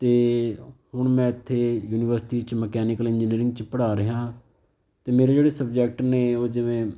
ਅਤੇ ਹੁਣ ਮੈਂ ਇੱਥੇ ਯੂਨੀਵਰਸਿਟੀ 'ਚ ਮਕੈਨੀਕਲ ਇੰਜੀਨੀਅਰਿੰਗ 'ਚ ਪੜ੍ਹਾ ਰਿਹਾ ਅਤੇ ਮੇਰੇ ਜਿਹੜੇ ਸਬਜੈਕਟ ਨੇ ਉਹ ਜਿਵੇਂ